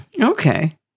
Okay